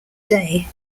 day